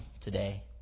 today